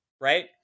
right